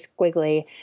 squiggly